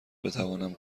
بتوانم